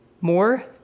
more